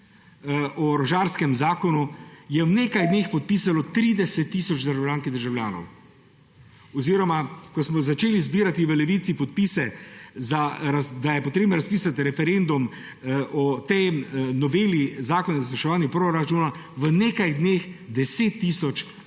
o orožarskem zakonu, je v nekaj dneh podpisalo 30 tisoč državljank in državljanov oziroma ko smo začeli zbirati v Levici podpise, da je treba razpisati referendum o tej noveli zakona o izvrševanju proračuna, je bilo v nekaj dneh 10 tisoč